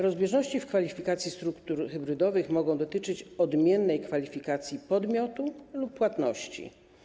Rozbieżności w kwalifikacji struktur hybrydowych mogą dotyczyć odmiennej kwalifikacji podmiotu lub płatności.